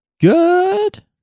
good